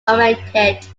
oriented